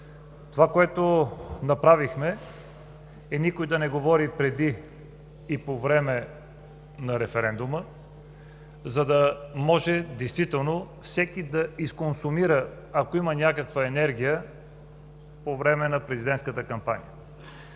Това, което направихме, е никой да не говори преди и по време на референдума, за да може действително всеки да изконсумира, ако има някаква енергия по време на президентската кампания.